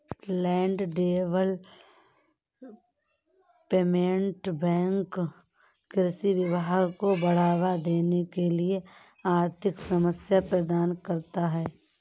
land development bank कृषि विकास को बढ़ावा देने के लिए आर्थिक सहायता प्रदान करता है